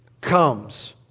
comes